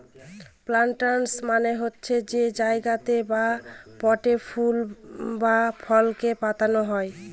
planters মানে হচ্ছে যে জায়গাতে বা পটে ফুল বা ফলকে পোতা হয়